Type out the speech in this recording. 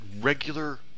regular